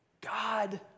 God